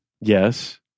Yes